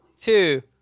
two